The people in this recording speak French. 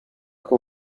que